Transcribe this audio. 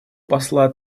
посла